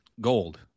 gold